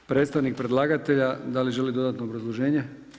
Predstavnik predlagatelja da li želi dodatno obrazloženje?